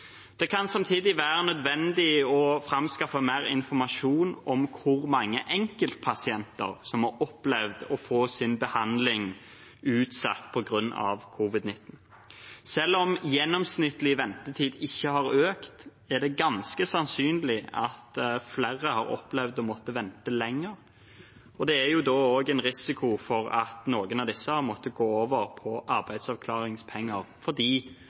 Det kan samtidig være nødvendig å framskaffe mer informasjon om hvor mange enkeltpasienter som har opplevd å få sin behandling utsatt på grunn av covid-19. Selv om gjennomsnittlig ventetid ikke har økt, er det ganske sannsynlig at flere har opplevd å måtte vente lenger, og da er det også en risiko for at noen av disse måtte gå over på arbeidsavklaringspenger, fordi